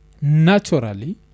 naturally